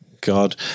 God